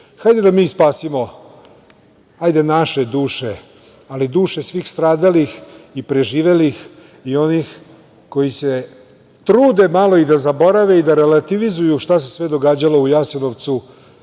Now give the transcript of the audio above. duše“.Hajde da mi spasimo naše duše i duše svih stradalih i preživelih i onih koji se trude malo i da zaborave i da relativizuju šta se sve događalo u Jasenovcu